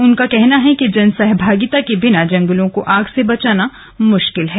उनका कहना है कि जनसभागिता के बिना जंगलों को आग से बचाना मुश्किल है